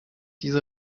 diese